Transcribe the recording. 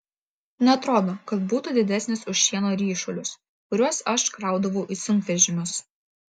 neatrodo kad būtų didesnis už šieno ryšulius kuriuos aš kraudavau į sunkvežimius